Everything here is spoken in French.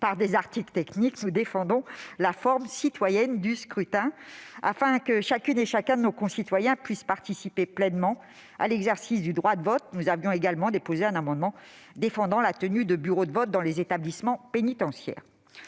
par des artifices techniques, nous défendons la forme citoyenne du scrutin. Afin que chacune et chacun de nos concitoyens puisse participer pleinement à l'exercice du droit de vote, nous avions également déposé un amendement défendant la tenue de bureaux de vote dans les établissements pénitentiaires.